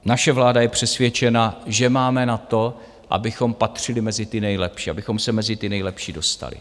Naše vláda je přesvědčena, že máme na to, abychom patřili mezi ty nejlepší, abychom se mezi ty nejlepší dostali.